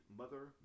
Mother